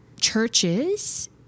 churches